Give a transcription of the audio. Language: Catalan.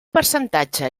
percentatge